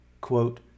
quote